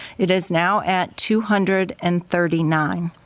it is now at two hundred and thirty nine.